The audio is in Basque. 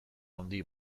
handi